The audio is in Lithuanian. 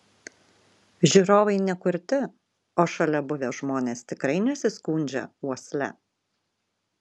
žiūrovai ne kurti o šalia buvę žmonės tikrai nesiskundžia uosle